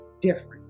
different